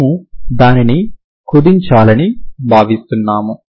మనము దానిని కుదించాలని భావిస్తున్నాము